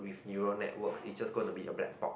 with neural networks it's just going to be a black box